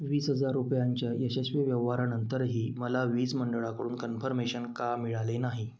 वीस हजार रुपयांच्या यशस्वी व्यवहारानंतरही मला वीज मंडळाकडून कन्फर्मेशन का मिळाले नाही